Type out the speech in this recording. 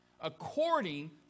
according